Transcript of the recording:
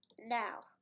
Now